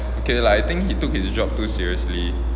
okay lah I think he took his job too seriously